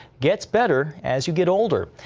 gets better as you get older.